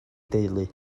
deulu